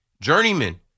journeyman